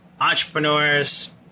entrepreneurs